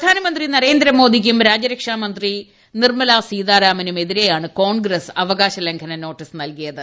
പ്രധാനമന്ത്രി നരേന്ദ്രമോദിക്കും രാജ്യരക്ഷാ മന്ത്രി നിർമ്മലാ സീതാരാമനും എതിരെയാണ് കോൺഗ്രസ് അവകാശ ലംഘന നോട്ടീസ് നൽകിയത്